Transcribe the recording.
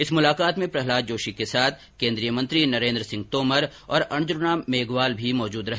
इस मुलाकात में प्रहलाद जोशी को साथ केन्द्रीय मंत्री नरेन्द्र सिंह तोमर और अर्जुन राम मेघवाल भी मौजूद रहे